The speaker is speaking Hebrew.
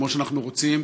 כמו שאנחנו רוצים,